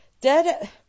dead